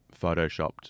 photoshopped